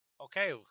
Okay